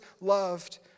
loved